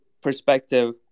perspective